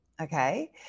okay